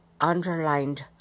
underlined